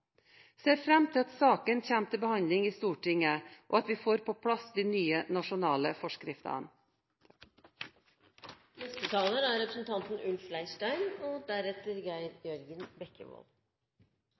ser fram til at saken kommer til behandling i Stortinget, og at vi får på plass de nye, nasjonale forskriftene. La meg først få gi ros til interpellanten for å sette en viktig sak på dagsordenen og